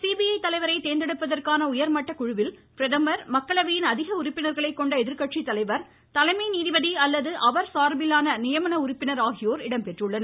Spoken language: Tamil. சிபிஜ தலைவரை தேர்ந்தெடுப்பதற்கான உயர்மட்டக்குழுவில் பிரதமர் மக்களவையின் அதிக உறுப்பினர்களை கொண்ட எதிர்க்கட்சி தலைவர் தலைமை நீதிபதி அல்லது அவர் சார்பிலான நியமன உறுப்பினர் இடம்பெற்றுள்ளனர்